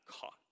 caught